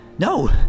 No